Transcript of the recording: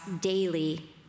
daily